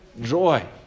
joy